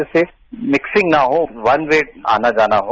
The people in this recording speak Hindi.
जिससे मिक्रिंग न हो वन वे आना जाना हो